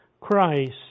Christ